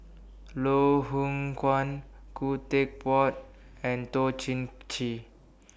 Loh Hoong Kwan Khoo Teck Puat and Toh Chin Chye